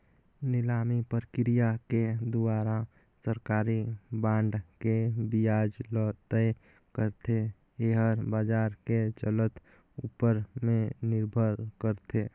निलामी प्रकिया के दुवारा सरकारी बांड के बियाज ल तय करथे, येहर बाजार के चलत ऊपर में निरभर करथे